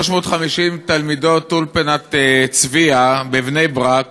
350 תלמידות אולפנת "צביה" בבני-ברק